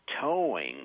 towing